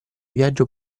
viaggio